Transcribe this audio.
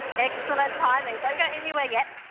excellent timing, don't go anywhere yet.